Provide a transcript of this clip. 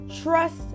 Trust